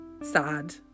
sad